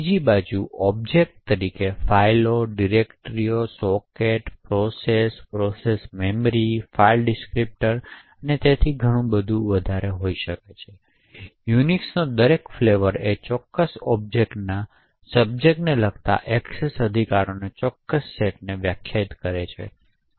બીજી બાજુ ઑબ્જેક્ટ ફાઇલો ડિરેક્ટરીઓ સોકેટ્સ પ્રોસેસઓ પ્રોસેસ મેમરી ફાઇલ ડિસ્ક્રીપ્ટર્સ અને તેથી અલગ હોઈ શકે છે યુનિક્સનો દરેક ફ્લેવર એ ચોક્કસ ઑબ્જેક્ટ્સ પરના સબ્જેક્ટને લગતા એક્સેસ અધિકારોના ચોક્કસ સેટને વ્યાખ્યાયિત કરે છે